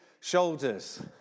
shoulders